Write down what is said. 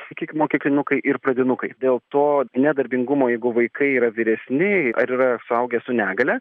sakykim mokyklinukai ir pradinukai dėl to nedarbingumo jeigu vaikai yra vyresni ar yra suaugę su negalia